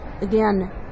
again